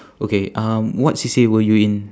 okay um what C_C_A were you in